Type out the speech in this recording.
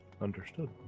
Understood